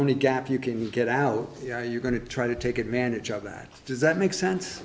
only gap you can get out you're going to try to take advantage of that does that make sense